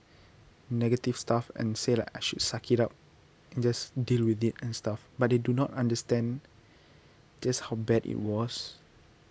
negative stuff and say like I should suck it up and just deal with it and stuff but they do not understand just how bad it was